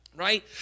right